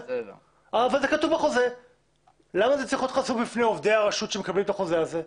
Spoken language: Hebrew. למה זה צריך להיות חשוף בפני עובדי הרשות שמקבלים את החוזה הזה?